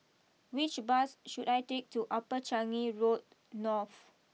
which bus should I take to Upper Changi Road North